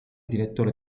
direttore